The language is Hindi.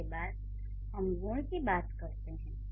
इसके बाद हम गुण की बात करते हैं